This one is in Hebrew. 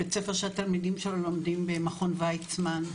בית ספר שהתלמידים שלו לומדים במכון וייצמן,